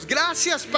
Gracias